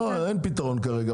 לא, אין פתרון כרגע.